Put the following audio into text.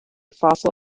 fossil